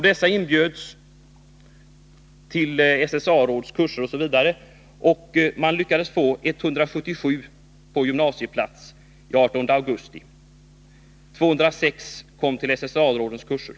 Dessa inbjöds till SSA-rådens kurser. Den 18 augusti hade man lyckats få 177 till gymnasieskola eller arbete, och 206 kom till SSA-rådens kurser.